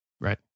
right